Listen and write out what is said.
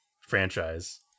franchise